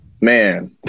Man